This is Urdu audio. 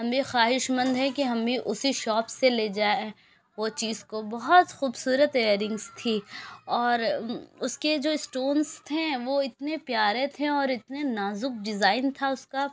ہم بھی خواہش مند ہیں کہ ہم بھی اسی شاپ سے لے جائے وہ چیز کو بہت خوبصورت ایرنگس تھی اور اس کے جو سٹونس تھے وہ اتنے پیارے تھے اور اتنے نازک ڈزائن تھا اس کا